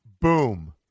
Boom